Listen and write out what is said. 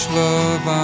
love